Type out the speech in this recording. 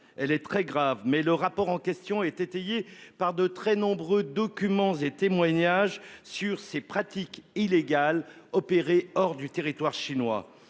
elle est très grave, mais le rapport en question est étayée par de très nombreux documents et témoignages sur ces pratiques illégales opérées hors du territoire chinois